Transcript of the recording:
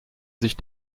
sich